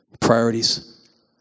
Priorities